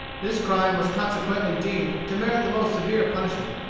this crime was consequently deemed to merit the most severe punishment.